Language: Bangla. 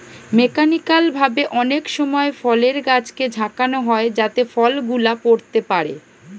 মেকানিক্যাল ভাবে অনেক সময় ফলের গাছকে ঝাঁকানো হয় যাতে ফল গুলা পড়তে পারে